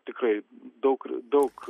tikrai daug daug